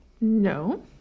No